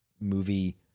movie